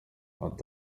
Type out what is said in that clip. ati